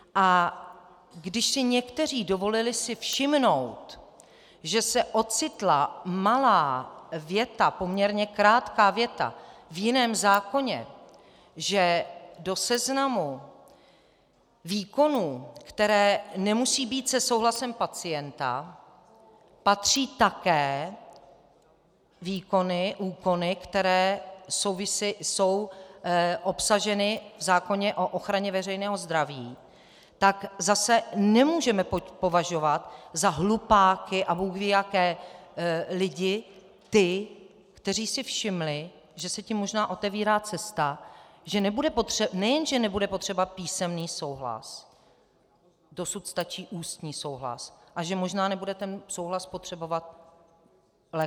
A když si někteří dovolili si všimnout, že se ocitla malá věta, poměrně krátká věta v jiném zákoně, že do seznamu výkonů, které nemusí být se souhlasem pacienta, patří také výkony, úkony, které jsou obsaženy v zákoně o ochraně veřejného zdraví, tak zase nemůžeme považovat za hlupáky a bůhvíjaké lidi, ty, kteří si všimli, že se tím možná otevírá cesta, že nejenže nebude potřeba písemný souhlas, dosud stačí ústní souhlas, a že možná nebude ten souhlas potřebovat lékař vůbec.